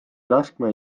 laskma